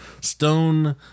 Stone